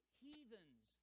heathens